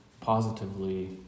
positively